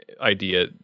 idea